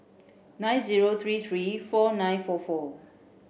nine zero three three four nine four four